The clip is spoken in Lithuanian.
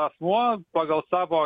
asmuo pagal savo